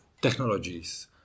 technologies